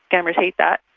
scammers hate that.